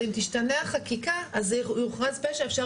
אבל אם תשתנה החקיקה וזה יוכרז פשע אפשר